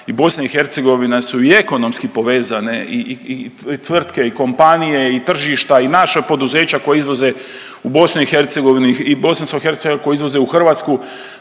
Hrvatska i BiH su i ekonomski povezane tvrtke i kompanije i tržišta i naša poduzeća koja izvoze u BiH i bosansko-hercegovački koji izvoze u Hrvatsku